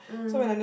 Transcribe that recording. mm